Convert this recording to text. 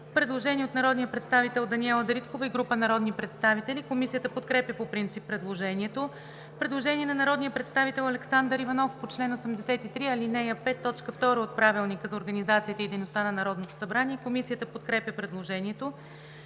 Предложение от народния представител Даниела Дариткова и група народни представители. Комисията подкрепя по принцип предложението. Предложение на народния представител Александър Иванов по чл. 83, ал. 5, т. 2 от Правилника за организацията и дейността на Народното събрание. Комисията подкрепя предложението.